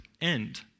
end